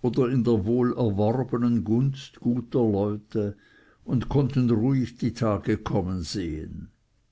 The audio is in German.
oder in der wohlerworbenen gunst guter leute und konnten ruhig die tage kommen sehen